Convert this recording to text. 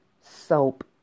soap